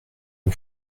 une